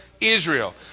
Israel